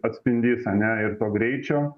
atspindys ane ir to greičio